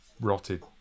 rotted